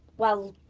well,